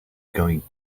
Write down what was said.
going